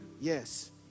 Yes